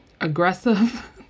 aggressive